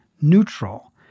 neutral